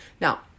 Now